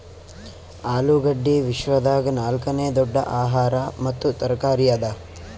ಆಲೂಗಡ್ಡಿ ವಿಶ್ವದಾಗ್ ನಾಲ್ಕನೇ ದೊಡ್ಡ ಆಹಾರ ಮತ್ತ ತರಕಾರಿ ಅದಾ